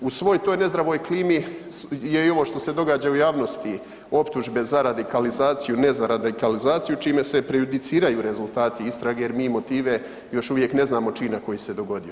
U svoj toj nezdravoj klimi je i ovo što se događa u javnosti, optužbe za radikalizaciju, ne za radikalizaciju čime se prejudiciraju rezultati istrage jer mi motive još uvijek ne znamo čina koji se dogodio.